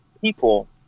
people